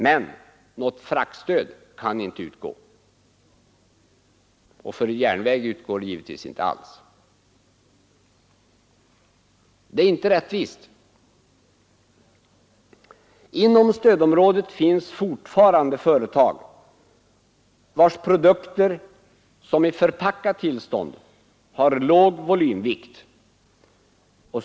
Men något fraktstöd kan inte utgå därför att vikten är taxerad och inte verklig. Det är inte rättvist. Inom stödområdet finns fortfarande företag vilkas produkter i förpackat tillstånd har låg volymvikt.